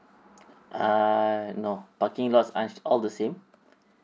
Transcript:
err no parking lots aren't all the same